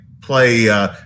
Play